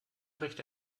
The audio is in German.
recht